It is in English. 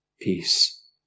peace